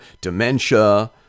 dementia